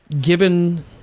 given